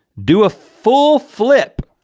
do a full flip.